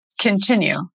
continue